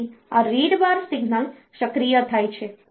તેથી આ read bar signal સક્રિય થાય છે